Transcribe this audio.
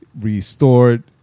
restored